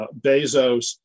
Bezos